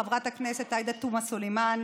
חברת הכנסת עאידה תומא סלימאן,